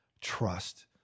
trust